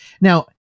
now